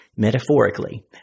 Metaphorically